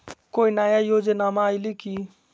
कोइ नया योजनामा आइले की?